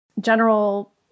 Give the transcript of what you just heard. general